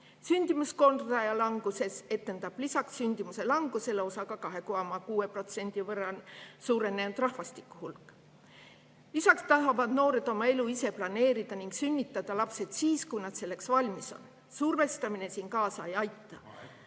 Sündimuskordaja languses etendab lisaks sündimuse langusele osa ka 2,6% võrra suurenenud rahvastiku hulk. Lisaks tahavad noored oma elu ise planeerida ning sünnitada lapsi siis, kui nad selleks valmis on. Survestamine siin kaasa ei aita.